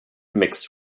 mixed